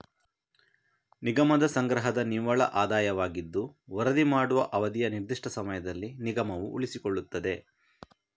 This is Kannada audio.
ನಿಗಮದ ಸಂಗ್ರಹದ ನಿವ್ವಳ ಆದಾಯವಾಗಿದ್ದು ವರದಿ ಮಾಡುವ ಅವಧಿಯ ನಿರ್ದಿಷ್ಟ ಸಮಯದಲ್ಲಿ ನಿಗಮವು ಉಳಿಸಿಕೊಳ್ಳುತ್ತದೆ